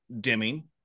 dimming